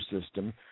system